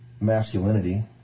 masculinity